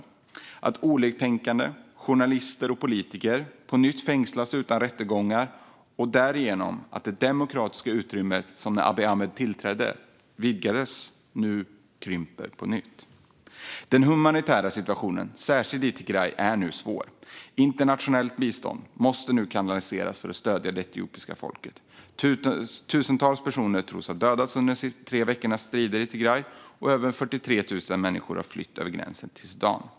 Risken är att oliktänkande, journalister och politiker på nytt fängslas utan rättegångar och att det demokratiska utrymme som vidgades när Abiy Ahmed tillträdde kommer att krympa på nytt. Den humanitära situationen, särskilt i Tigray, är nu svår. Internationellt bistånd måste kanaliseras för att stödja det etiopiska folket. Tusentals personer tros ha dödats under de senaste tre veckornas strider i Tigray, och över 43 000 människor har flytt över gränsen till Sudan.